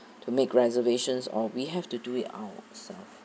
to make reservations or we have to do it ourselves